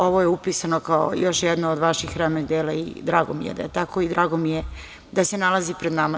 Ovo je upisano kao još jedno od vaših remek dela i drago mi je da je tako i drago mi je da se nalazi pred nama.